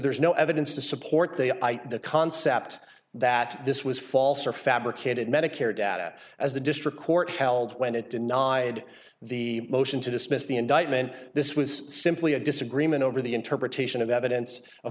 there is no evidence to support the by the concept that this was false or fabricated medicare data as the district court held when it deny the motion to dismiss the indictment this was simply a disagreement over the interpretation of evidence a